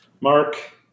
Mark